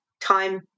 time